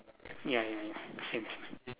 ya ya ya same same